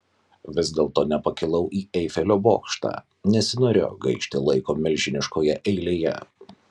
vis dėlto nepakilau į eifelio bokštą nesinorėjo gaišti laiko milžiniškoje eilėje